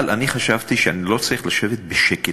אבל אני חשבתי שאני לא צריך לשבת בשקט,